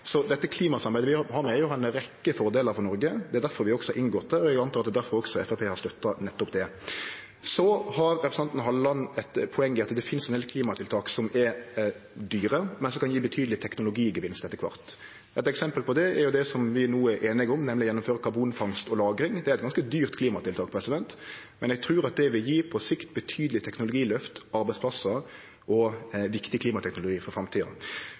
Så dette klimasamarbeidet har jo ei rekkje fordelar for Noreg. Det er difor vi også har inngått det, og eg antek at det er difor også Framstegspartiet har støtta nettopp det. Så har representanten Halleland eit poeng i at det finst ein del klimatiltak som er dyre, men som kan gje betydelege teknologigevinstar etter kvart. Eit eksempel på det er det som vi no er einige om, nemleg å gjennomføre karbonfangst og -lagring. Det er eit ganske dyrt klimatiltak, men eg trur at det på sikt vil gje betydeleg teknologiløft, arbeidsplassar og viktig klimateknologi for framtida.